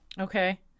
Okay